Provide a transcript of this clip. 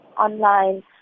online